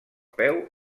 peu